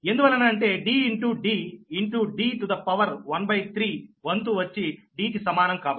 ఎందువలన అంటే D into D into D to the power 1 by 3 వంతు వచ్చి D కి సమానం కాబట్టి